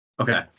Okay